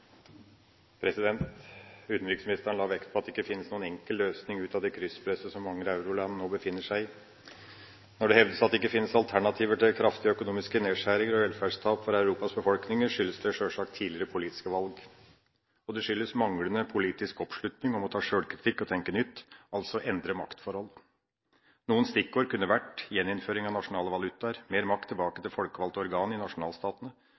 Utenriksministeren la vekt på at det ikke finnes noen enkel løsning ut av det krysspresset som mange euroland nå befinner seg i. Når det hevdes at det ikke finnes alternativer til kraftige økonomiske nedskjæringer og velferdstap for Europas befolkninger, skyldes det sjølsagt tidligere politiske valg, og det skyldes manglende politisk oppslutning om å ta sjølkritikk og tenke nytt, altså endre maktforhold. Noen stikkord kunne vært: gjeninnføring av nasjonale valutaer, mer makt tilbake til folkevalgte organ i nasjonalstatene